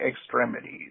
extremities